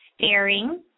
staring